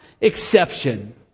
exception